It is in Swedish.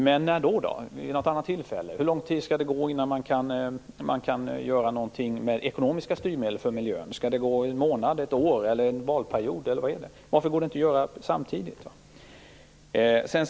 Men hur lång tid skall det gå innan man med ekonomiska styrmedel kan göra någonting för miljön? Skall det förflyta en månad, ett år, en valperiod eller vad? Varför går det inte att göra det samtidigt?